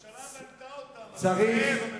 הממשלה בנתה אותם, חבר הכנסת זאב.